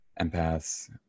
empaths